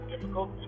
difficult